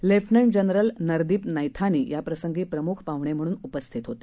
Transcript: lieutenant general Nardeep Naithani या प्रसंगी प्रमुख पाहूणे म्हणून उपस्थित होते